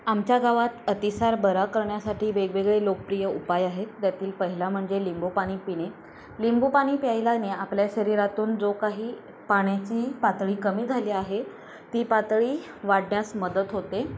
आमच्या गावात अतिसार बरा करण्यासाठी वेगवेगळे लोकप्रिय उपाय आहेत त्यातील पहिला म्हणजे लिंबू पाणी पिणे लिंबू पाणी प्यायल्याने आपल्या शरीरातून जो काही पाण्याची पातळी कमी झाली आहे ती पातळी वाढण्यास मदत होते